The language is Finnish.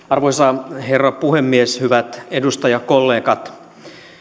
arvoisa herra puhemies hyvät edustajakollegat